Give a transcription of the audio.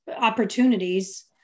opportunities